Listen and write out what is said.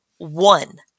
one